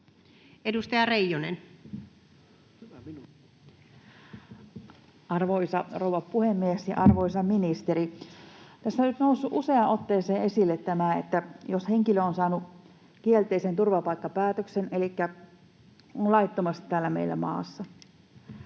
Content: Arvoisa rouva puhemies ja arvoisa ministeri! Tässä on nyt noussut useaan otteeseen esille tämä, että jos henkilö on saanut kielteisen turvapaikkapäätöksen elikkä on laittomasti täällä meillä maassa